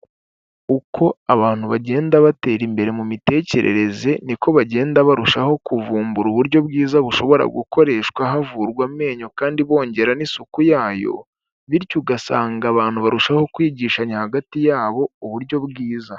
Uko abantu bagenda batera imbere mu mitekerereze niko bagenda barushaho kuvumbura uburyo bwiza bushobora gukoreshwa havurwa amenyo kandi bongera n'isuku yayo, bityo ugasanga abantu barushaho kwigishanya hagati yabo uburyo bwiza.